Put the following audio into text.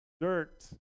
dirt